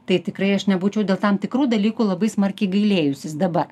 tai tikrai aš nebūčiau dėl tam tikrų dalykų labai smarkiai gailėjusis dabar